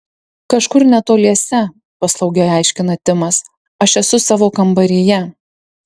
kažkur netoliese paslaugiai aiškina timas aš esu savo kambaryje